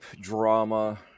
drama